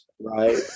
right